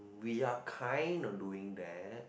we are kind on doing that